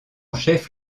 chef